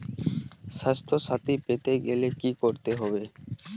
স্বাস্থসাথী পেতে গেলে কি করতে হবে?